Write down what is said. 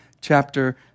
chapter